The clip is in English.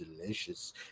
delicious